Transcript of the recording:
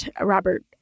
Robert